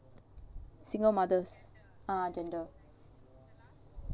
single mothers ah gender